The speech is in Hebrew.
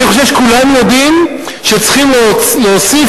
אני חושב שכולם יודעים שצריך להוסיף